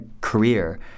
career